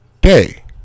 day